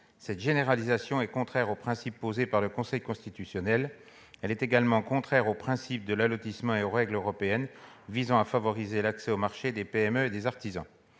Cette généralisation est contraire aux principes posés par le Conseil constitutionnel Elle est également contraire au principe de l'allotissement et aux règles européennes visant à favoriser l'accès aux marchés des PME et des artisans,